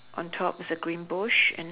on top is a green bush and th~